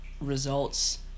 results